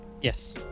yes